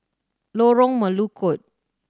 Lorong Melukut